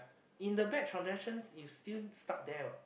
in the batch of naturals you still stuck there what